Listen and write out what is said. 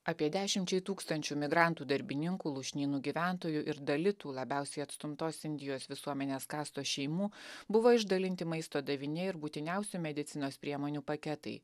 apie dešimčiai tūkstančių migrantų darbininkų lūšnynų gyventojų ir dalitų labiausiai atstumtos indijos visuomenės kastos šeimų buvo išdalinti maisto daviniai ir būtiniausių medicinos priemonių paketai